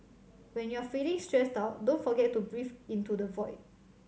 when you are feeling stressed out don't forget to breathe into the void